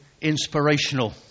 inspirational